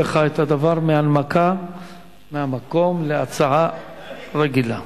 שינו לך את הדבר מהנמקה מהמקום להצעה רגילה.